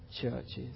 churches